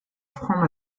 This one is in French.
franc